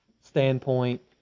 standpoint